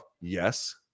Yes